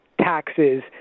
taxes